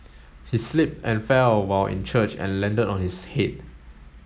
he slipped and fell while in church and landed on his head